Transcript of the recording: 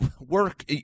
work